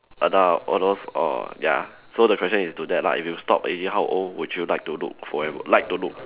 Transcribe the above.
adult all those or ya so the question is to that lah if you stop aging how old would you like to look forever like to look